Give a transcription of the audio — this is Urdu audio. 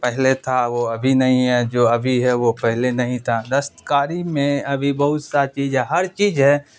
پہلے تھا وہ ابھی نہیں ہے جو ابھی ہے وہ پہلے نہیں تھا دستکاری میں ابھی بہت سا چیز ہے ہر چیز ہے